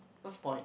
what's the point